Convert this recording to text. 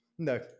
No